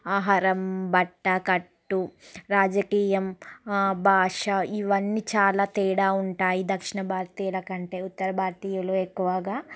ఆహారం బట్ట కట్టు రాజకీయం భాష ఇవన్నీ చాలా తేడా ఉంటాయి దక్షిణ భారతీయుల కంటే ఉత్తర భారతీయులే ఎక్కువగా